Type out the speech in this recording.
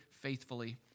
faithfully